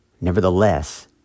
Nevertheless